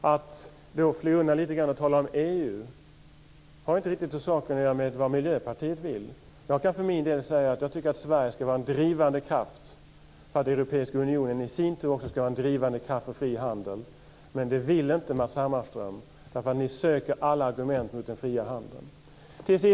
Sedan flyr Matz Hammarström undan lite och talar om EU. Det har inte riktigt att göra med vad Miljöpartiet vill. Jag kan för min del säga att jag tycker att Sverige ska vara en drivande kraft för att Europeiska unionen i sin tur också ska vara en drivande kraft för fri handel. Men det vill inte Matz Hammarström. Ni söker alla argument mot den fria handeln.